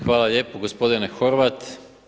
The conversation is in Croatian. Hvala lijepo gospodine Horvat.